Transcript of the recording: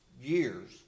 years